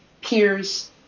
peers